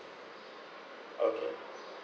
okay